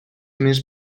més